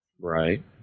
right